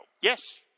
Yes